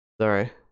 Sorry